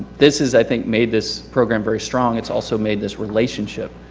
this has, i think, made this program very strong. it's also made this relationship.